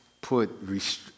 put